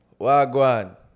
Wagwan